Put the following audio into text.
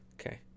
Okay